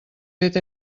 fet